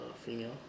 female